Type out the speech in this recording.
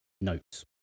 notes